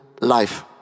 life